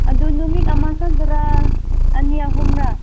ꯑꯗꯨ ꯅꯨꯃꯤꯠ ꯑꯃ ꯈꯛꯇꯔꯥ ꯑꯅꯤ ꯑꯍꯨꯝꯔꯥ